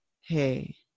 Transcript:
hey